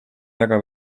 väga